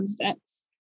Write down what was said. candidates